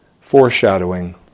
Foreshadowing